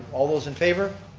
all those in favor.